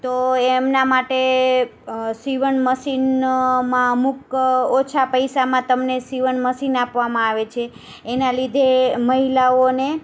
તો એમના માટે સીવણ મશીન માં અમુક ઓછા પૈસામાં તમને શિવણ મશીન આપવામાં આવે છે એના લીધે મહિલાઓને